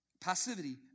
Passivity